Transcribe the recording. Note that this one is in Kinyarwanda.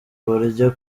uburyo